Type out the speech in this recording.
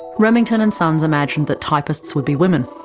remington and sons imagined that typists would be women,